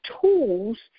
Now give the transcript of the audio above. tools